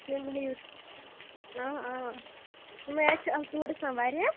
تُہۍ مہٕ ہیٚیِو آ آ آسان واریاہ